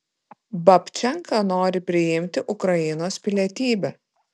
babčenka nori priimti ukrainos pilietybę